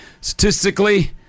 statistically